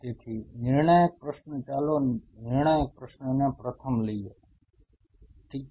તેથી નિર્ણાયક પ્રશ્ન ચાલો નિર્ણાયક પ્રશ્નને પ્રથમ લઈએ ઠીક છે